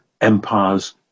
empires